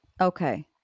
Okay